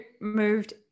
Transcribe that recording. moved